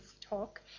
talk